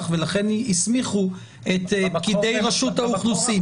ולכן הסמיכו את פקידי רשות האוכלוסין.